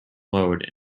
mode